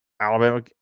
Alabama